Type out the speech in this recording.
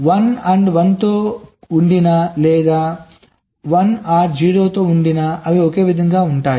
కాబట్టి I AND 1 తో ఉండిన లేదా I OR 0 తో ఉండిన అవి ఓకే విధంగా ఉంటాయి